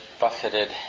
buffeted